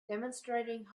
demonstrating